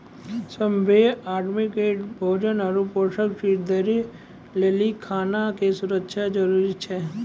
सभ्भे आदमी के भोजन आरु पोषक चीज दय लेली खाना के सुरक्षा जरूरी छै